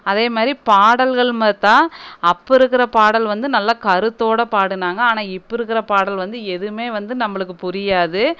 அதேமாதிரி பாடல்கள்னு பார்த்தா அப்போ இருக்கிற பாடல் வந்து நல்லா கருத்தோட பாடுனாங்கள் ஆனால் இப்போ இருக்கிற பாடல் வந்து எதுவுமே வந்து நம்மளுக்கு புரியாது